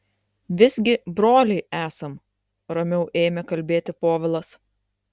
visgi broliai esam ramiau ėmė kalbėti povilas